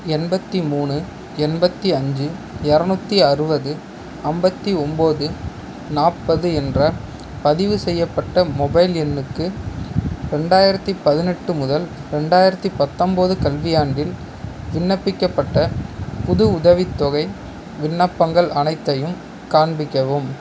எண்பத்தி மூணு எண்பத்தி அஞ்சு எரநூற்றி அறுபது ஐம்பத்தி ஒம்போது நாற்பது என்ற பதிவுசெய்யப்பட்ட மொபைல் எண்ணுக்கு ரெண்டாயிரத்தி பதினெட்டு முதல் ரெண்டாயிரத்தி பத்தொம்போது கல்வியாண்டில் விண்ணப்பிக்கப்பட்ட புது உதவித்தொகை விண்ணப்பங்கள் அனைத்தையும் காண்பிக்கவும்